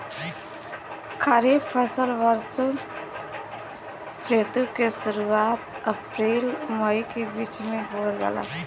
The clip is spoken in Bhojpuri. खरीफ फसल वषोॅ ऋतु के शुरुआत, अपृल मई के बीच में बोवल जाला